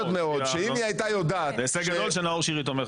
זה הישג גדול שנאור שירי תומך בך.